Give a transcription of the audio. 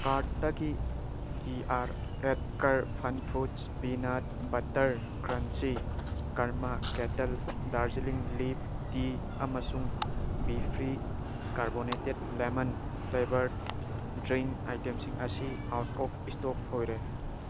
ꯀꯥꯔꯠꯇꯒꯤ D R Oetker fun foods peanut butter crunchy ꯀꯔꯃ kettle Darjeeling leaf tea ꯑꯃꯁꯨꯡ B fresh carbonated lemon flavoured drink ꯑꯥꯏꯇꯦꯝꯁꯤꯡ ꯑꯁꯤ out of stock ꯑꯣꯏꯔꯦ